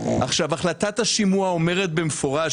החלטת השימוע אומרת במפורש,